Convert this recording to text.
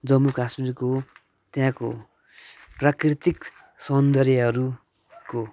जम्मू कश्मीरको त्यहाँको प्राकृतिक सौन्दर्यहरूको